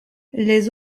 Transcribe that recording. les